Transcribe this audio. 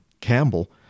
Campbell